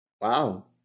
wow